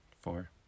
four